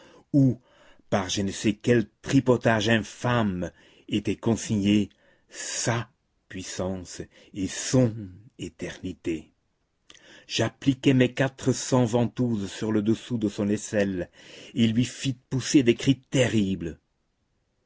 où par je ne sais quel tripotage infâme étaient consignées sa puissance et son éternité j'appliquai mes quatre cents ventouses sur le dessous de son aisselle et lui fis pousser des cris terribles